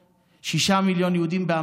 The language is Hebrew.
שישה מיליון יהודים פה,